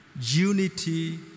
unity